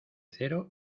cero